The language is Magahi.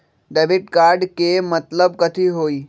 डेबिट कार्ड के मतलब कथी होई?